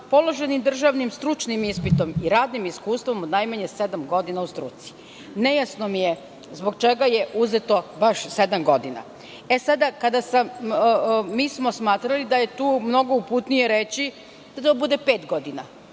položeni državnim stručnim ispitom i radnim iskustvom od najmanje sedam godina u struci. Nejasno mi je zbog čega je uzeto baš sedam godina? Mi smo smatrali da je tu mnogo uputnije reći da bude pet godina.